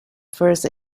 first